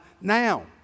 now